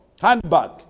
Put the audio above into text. handbag